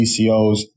CCOs